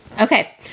Okay